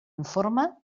informe